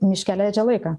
miške leidžia laiką